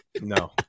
no